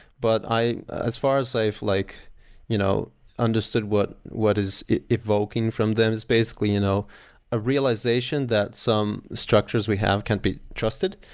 but i as far as i've like you know understood what what is evoking from them is basically you know a realization that some structures we have can't be trusted.